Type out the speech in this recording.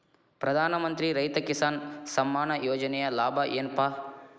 ಪ್ರಧಾನಮಂತ್ರಿ ರೈತ ಕಿಸಾನ್ ಸಮ್ಮಾನ ಯೋಜನೆಯ ಲಾಭ ಏನಪಾ?